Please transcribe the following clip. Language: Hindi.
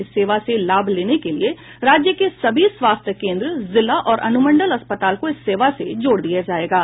इस सेवा से लाभ लेने के लिए राज्य के सभी स्वास्थ्य केन्द्र जिला और अनुमंडल अस्पताल को इस सेवा से जोड़ दिये जायेंगे